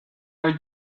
are